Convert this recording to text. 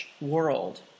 world